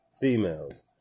Females